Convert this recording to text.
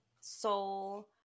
soul